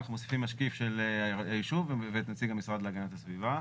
אנחנו מוסיפים משקיף של היישוב ואת נציג השר להגנת הסביבה.